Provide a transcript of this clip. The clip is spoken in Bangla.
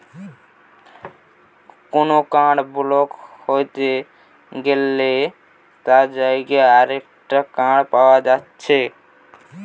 কুনো কার্ড ব্লক হই গ্যালে তার জাগায় আরেকটা কার্ড পায়া যাচ্ছে